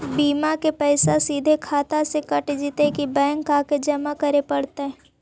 बिमा के पैसा सिधे खाता से कट जितै कि बैंक आके जमा करे पड़तै?